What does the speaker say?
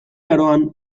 aroan